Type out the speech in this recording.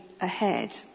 ahead